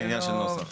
זה עניין של נוסח.